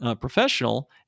professional